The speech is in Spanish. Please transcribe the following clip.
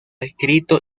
escrito